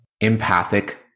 empathic